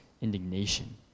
indignation